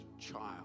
child